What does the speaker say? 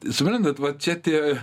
suprantat va čia tie